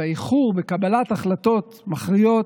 את האיחור בקבלת החלטות מכריעות,